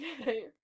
okay